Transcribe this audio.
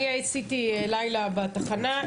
אני עשיתי לילה בתחנה,